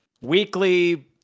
weekly